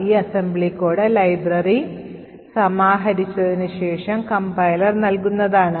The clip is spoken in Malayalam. ഈ അസംബ്ലി കോഡ് ലൈബ്രറി സമാഹരിച്ചതിനുശേഷം കംപൈലർ നൽകുന്നതാണ്